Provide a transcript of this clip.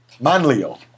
Manlio